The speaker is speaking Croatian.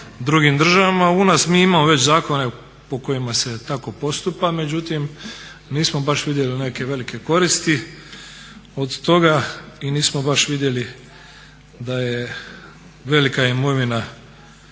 U nas mi imamo već zakone po kojima se tako postupa, međutim nismo baš vidjeli neke velike koristi od toga i nismo baš vidjeli da je velika imovina